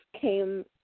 came